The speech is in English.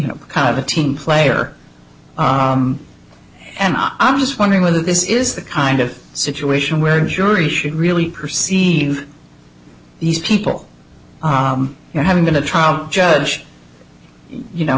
know kind of a team player and i'm just wondering whether this is the kind of situation where a jury should really perceive these people you know having been a trial judge you know